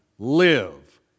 Live